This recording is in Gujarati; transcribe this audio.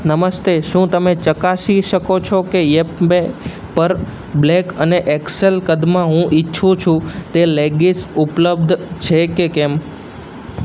નમસ્તે શું તમે ચકાસી શકો છો કે યેપમે પર બ્લેક અને એક્સેલ કદમાં હું ઇચ્છું છું તે લેગીસ ઉપલબ્ધ છે કે કેમ